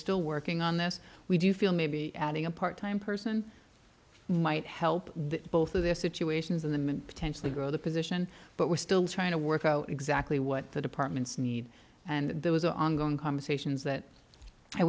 still working on this we do feel maybe adding a part time person might help both of their situations in them and potentially grow the position but we're still trying to work out exactly what the department's need and there was an ongoing conversations